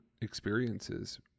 experiences